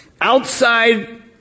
Outside